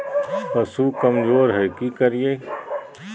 पशु कमज़ोर है कि करिये?